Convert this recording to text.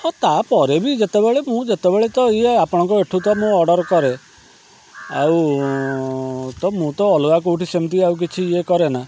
ହଁ ତା'ପରେ ବି ଯେତେବେଳେ ମୁଁ ଯେତେବେଳେ ତ ଇଏ ଆପଣଙ୍କ ଏଠୁ ତ ମୁଁ ଅର୍ଡ଼ର୍ କରେ ଆଉ ତ ମୁଁ ତ ଅଲଗା କେଉଁଠି ସେମତି ଆଉ କିଛି ଇଏ କରେନା